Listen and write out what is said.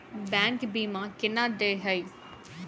Bank बीमा केना देय है?